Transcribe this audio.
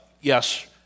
Yes